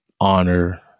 honor